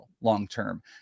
long-term